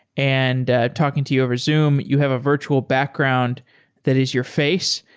and talking to you over zoom. you have a virtual background that is your face.